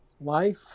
Life